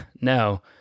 No